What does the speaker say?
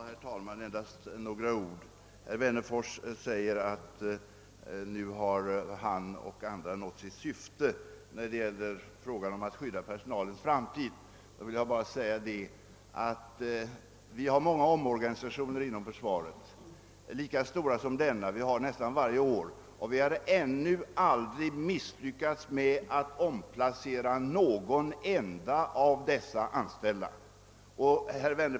Herr talman! Endast några ord! Herr Wennerfors säger att han och andra nu har nått sitt syfte, att skydda personalens framtid. Jag vill då svara att vi nästan varje år inom försvaret har många omorganisationer, lika stora som denna, och vi har ännu aldrig misslyckats med att omplacera någon enda av de anställda.